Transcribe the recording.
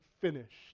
finished